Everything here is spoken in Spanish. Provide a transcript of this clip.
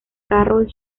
carroll